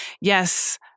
yes